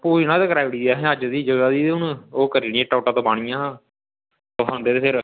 कराई ओड़ी जगह दी अज्ज दी ते हून ते ओह् ईट्टां दोआनियां हियां तुस आंदे हे फिर